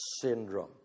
syndrome